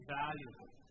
valuable